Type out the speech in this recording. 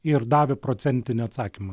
ir davė procentinį atsakymą